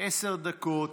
עשר דקות.